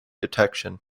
detection